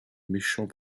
méchant